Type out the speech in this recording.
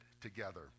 together